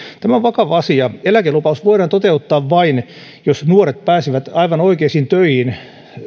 tämä on vakava asia eläkelupaus voidaan toteuttaa vain jos nuoret pääsevät aivan oikeisiin töihin